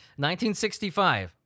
1965